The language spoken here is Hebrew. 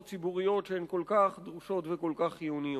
ציבוריות שהן כל כך דרושות וכל כך חיוניות.